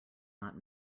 not